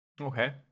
Okay